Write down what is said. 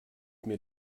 mir